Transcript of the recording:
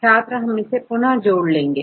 छात्र इसे पुनः करेंगे